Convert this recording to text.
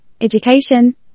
education